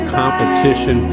competition